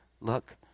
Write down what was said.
look